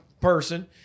person